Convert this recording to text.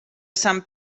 sant